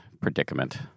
predicament